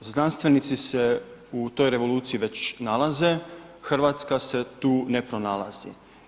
Znanstvenici se u toj revoluciji već nalaze, Hrvatska se tu ne pronalazi.